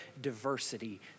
diversity